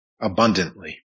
abundantly